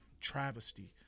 travesty